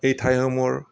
এই ঠাইসমূহৰ